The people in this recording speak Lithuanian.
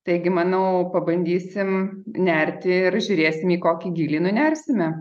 taigi manau pabandysim nerti ir žiūrėsim į kokį gylį nunersime